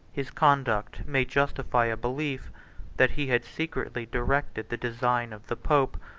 his conduct may justify a belief that he had secretly directed the design of the pope,